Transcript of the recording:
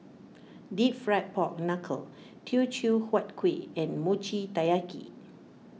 Deep Fried Pork Knuckle Teochew Huat Kuih and Mochi Taiyaki